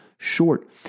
Short